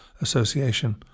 association